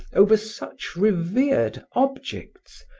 over such revered objects,